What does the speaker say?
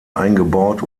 eingebaut